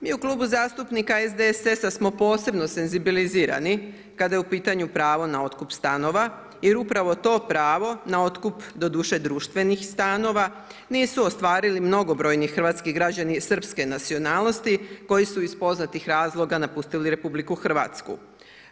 Mi u Klubu zastupnika SDSS-a smo posebno senzibilizirani kada je u pitanju pravo na otkup stanova, jer upravo to pravo na otkup, doduše društvenih stanova nisu ostvarili mnogobrojni hrvatski građani srpske nacionalnosti koji su iz poznatih razloga napustili Republiku Hrvatsku.